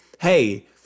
hey